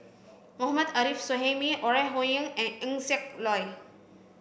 Mohammad Arif Suhaimi Ore Huiying and Eng Siak Loy